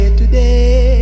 today